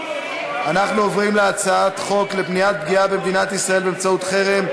אנחנו עוברים על הצעת חוק למניעת פגיעה במדינת ישראל באמצעות חרם,